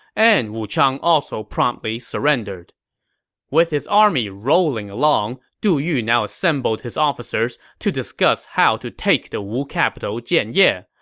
and wuchang also promptly surrendered with his army rolling along, du yu now assembled his officers to discuss how to take the wu capital jianye.